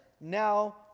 now